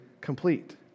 complete